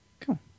Cool